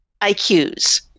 IQs